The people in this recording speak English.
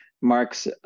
Mark's